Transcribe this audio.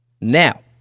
Now